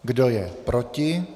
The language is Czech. Kdo je proti?